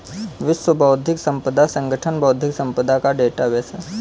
विश्व बौद्धिक संपदा संगठन बौद्धिक संपदा का डेटाबेस है